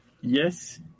Yes